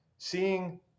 Seeing